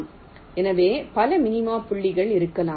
எனவே பல மினிமா புள்ளிகள் இருக்கலாம்